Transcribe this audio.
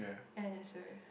and there's a